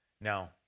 now